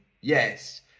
yes